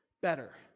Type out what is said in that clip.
better